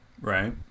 Right